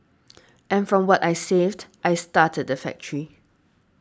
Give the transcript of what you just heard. and from what I saved I started the factory